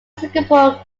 singapore